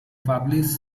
published